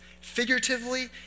figuratively